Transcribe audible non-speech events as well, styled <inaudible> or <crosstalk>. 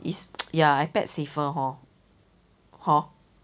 is <noise> ya ipad safer hor hor